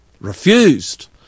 refused